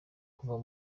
kuva